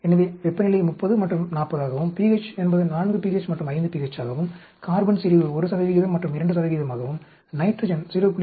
எனவே வெப்பநிலை 30 மற்றும் 40 ஆகவும் pH என்பது 4 pH மற்றும் 5 pH ஆகவும் கார்பன் செறிவு 1 மற்றும் 2 ஆகவும் நைட்ரஜன் 0